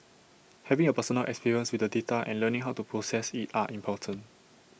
having A personal experience with the data and learning how to process IT are important